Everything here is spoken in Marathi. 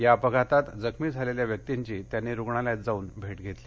या अपघातात जखमी झालेल्या व्यक्तींची त्यानी रुग्णालयात जाऊन भेट घेतली